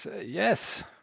Yes